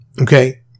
Okay